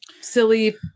silly